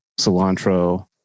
cilantro